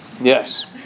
Yes